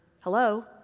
Hello